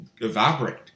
evaporate